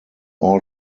all